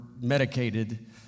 medicated